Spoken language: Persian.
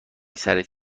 سرت